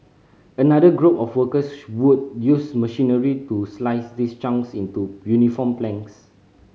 another group of workers would use machinery to slice these chunks into uniform planks